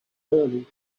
early